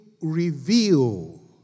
reveal